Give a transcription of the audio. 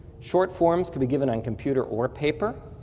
short forms can be given on computer or paper.